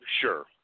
sure